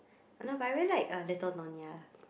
I know but I really like uh Little Nyonya